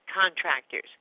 contractors